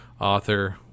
author